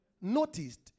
noticed